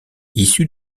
issu